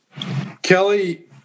Kelly